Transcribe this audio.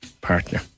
partner